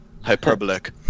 Hyperbolic